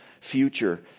future